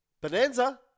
Bonanza